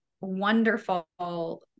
wonderful